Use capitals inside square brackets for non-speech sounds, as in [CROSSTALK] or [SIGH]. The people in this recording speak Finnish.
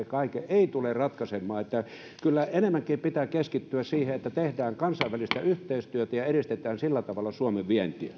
[UNINTELLIGIBLE] kaiken ei tule ratkaisemaan kyllä enemmänkin pitää keskittyä siihen että tehdään kansainvälistä yhteistyötä ja edistetään sillä tavalla suomen vientiä